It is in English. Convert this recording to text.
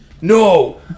No